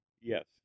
Yes